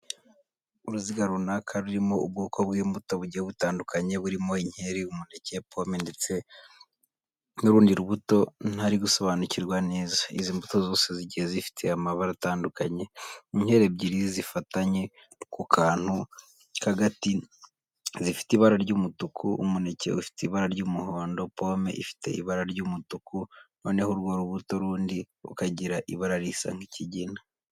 Uruziga runaka rurimo ubwoko bw'imbuto bugiye butandukanye burimo inkeri, umuneke, pome ndetse n'urundi rubuto ntari gusobanakirwa neza. Izi mbuto zose zigiye zifite amabara atandukanye. Inkeri ebyiri zifatanye ku kantu k'agati zifite ibara ry'umutuku, umuneke ufite ibara ry'umuhondo, pome ifite ibara ry'umutuku, noneho urwo rubuto rundi rukagira ibara risa nk'ikigina.